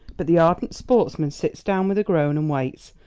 but the ardent sportsman sits down with a groan and waits,